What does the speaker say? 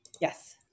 Yes